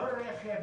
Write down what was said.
לא רכב